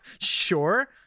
sure